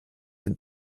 von